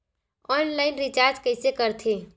Online recharge कइसे करथे?